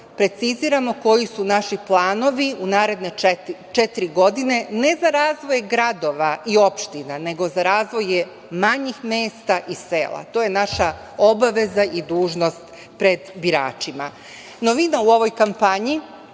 preciziramo koji su naši planovi u naredne četiri godine, ne za razvoj gradova i opština, nego za razvoje manjih mesta i sela. To je naša obaveza i dužnost pred biračima. Novina u ovoj kampanji,